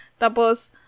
Tapos